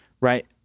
right